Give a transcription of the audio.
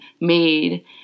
made